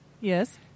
Yes